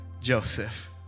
Joseph